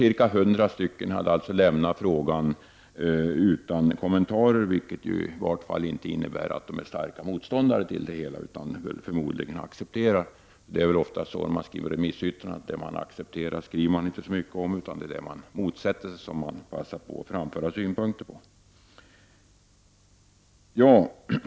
Cirka 100 remissinstanser har lämnat denna fråga utan kommentarer, vilket i vart fall inte innebär att de är starka motståndare till en sänkning. Förmodligen accepterar de en sänkning. Det är ju oftast så när man skriver remissyttranden att man inte skriver så mycket om det som man accepterar. Det är det som man motsätter sig som man framför synpunkter på.